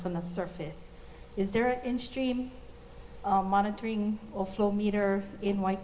from the surface is there in stream monitoring also meter in white